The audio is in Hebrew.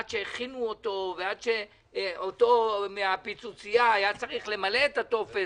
עד שהכינו אותו ועד שאותו אדם מהפיצוצייה היה צריך למלא את הטופס.